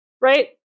Right